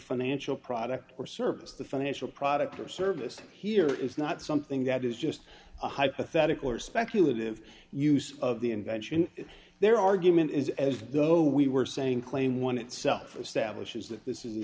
financial product or service the financial product or service here is not something that is just a hypothetical or speculative use of the invention their argument is as though we were saying claim one itself or stablish is th